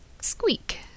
Squeak